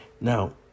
Now